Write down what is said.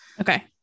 Okay